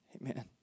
Amen